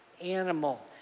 animal